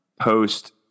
post